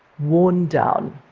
worn down.